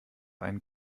einen